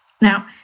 Now